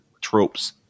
tropes